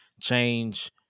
change